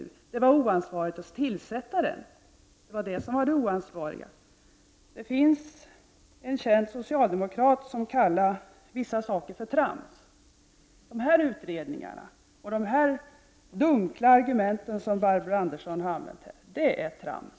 I stället kan man säga att det var oansvarigt att tillsätta utredningen. En känd socialdemokrat kallar vissa saker för trams. Jag skulle vilja säga att sådana här utredningar och de dunkla argument som Barbro Andersson här har tagit till är trams.